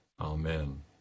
Amen